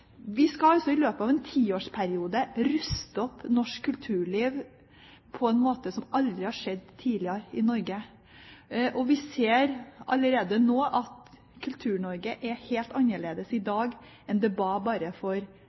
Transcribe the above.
Vi skal altså i løpet av en tiårsperiode ruste opp norsk kulturliv på en måte som aldri har skjedd tidligere i Norge. Vi ser allerede nå at Kultur-Norge er helt annerledes i dag enn det var for bare